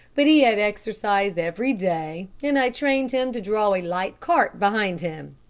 but he had exercise every day, and i trained him to draw a light cart behind him.